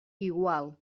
igual